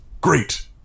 Great